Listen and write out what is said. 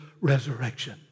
resurrection